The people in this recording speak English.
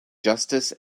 justice